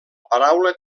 paraula